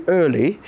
early